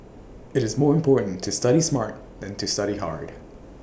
IT is more important to study smart than to study hard